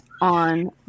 on